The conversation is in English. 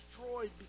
destroyed